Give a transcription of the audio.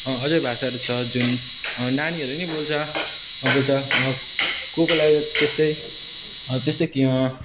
अझै भाषाहरू छ जुन नानीहरू पनि बोल्छ बोल्छ कस कसलाई त्यस्तै त्यस्तै त्यस्तै के